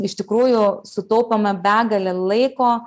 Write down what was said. iš tikrųjų sutaupome begalę laiko